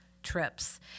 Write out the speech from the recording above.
Trips